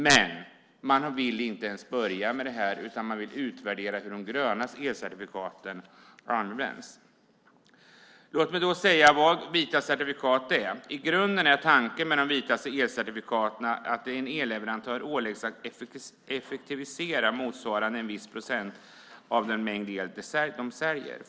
Men man vill inte ens börja med detta, utan man vill utvärdera hur de gröna elcertifikaten har använts. Låt mig då säga vad vita certifikat är. I grunden är tanken med de vita elcertifikaten att en elleverantör åläggs att effektivisera motsvarande en viss procent av den mängd el man säljer.